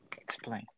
Explain